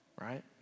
right